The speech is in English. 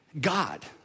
God